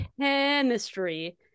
chemistry